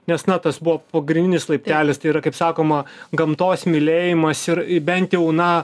nes na tas buvo pagrindinis laiptelis tai yra kaip sakoma gamtos mylėjimas ir bent jau na